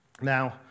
Now